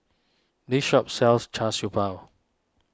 this shop sells Char Siew Bao